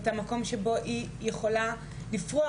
ומגדילים את המקום שבו היא יכולה לפרוח